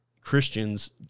Christians